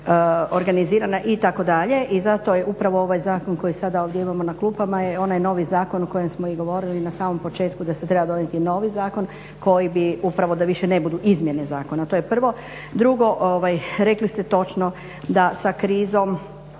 organizirana itd.. I zato je upravo ovaj zakon koji sada ovdje imamo na klupama je onaj novi zakon o kojem smo i govorili na samom početku da se treba donijeti novi zakon koji bi upravo da više ne budu izmjene zakona. To je prvo. Drugo, rekli ste točno da sa krizom